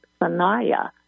Sanaya